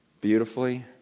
beautifully